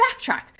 Backtrack